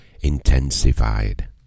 Intensified